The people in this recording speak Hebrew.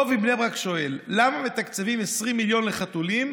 דב מבני ברק שואל: למה מתקצבים 20 מיליון לחתולים,